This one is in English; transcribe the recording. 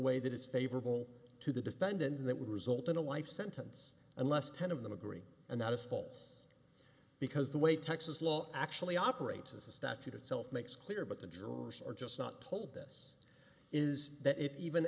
way that is favorable to the defendant and that would result in a life sentence unless ten of them agree and that is stalls because the way texas law actually operates is the statute itself makes clear but the jurors are just not told this is that i